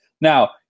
Now